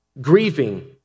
Grieving